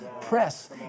press